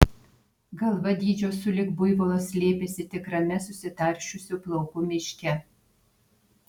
galva dydžio sulig buivolo slėpėsi tikrame susitaršiusių plaukų miške